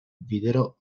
videro